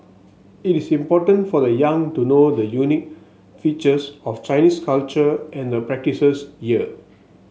it is important for the young to know the unique features of Chinese culture and the practices year